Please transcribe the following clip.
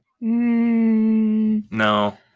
No